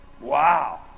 Wow